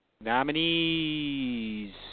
Nominees